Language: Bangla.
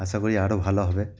আশা করি আরও ভালো হবে